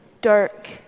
dark